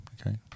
Okay